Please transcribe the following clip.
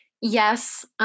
Yes